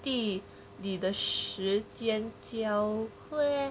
地理的时间教会